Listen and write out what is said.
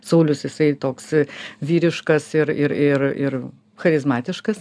saulius jisai toks vyriškas ir ir ir ir charizmatiškas